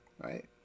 right